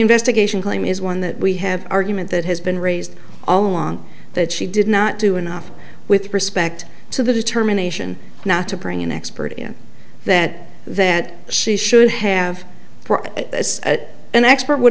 investigation claim is one that we have argument that has been raised all along that she did not do enough with respect to the determination not to bring an expert in that that she should have for as an expert would